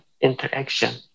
interaction